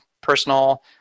Personal